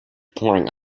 pouring